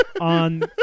on